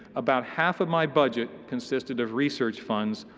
about half of my budget consisted of research funds,